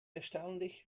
erstaunlich